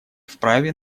вправе